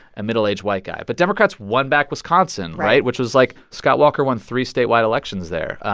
a middle-aged white guy. but democrats won back wisconsin right? which was like, scott walker won three statewide elections there.